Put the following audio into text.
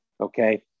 Okay